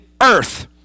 earth